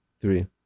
three